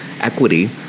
equity